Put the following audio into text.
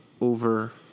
over